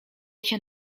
się